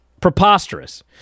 preposterous